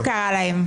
טרוריסט תקרא להם.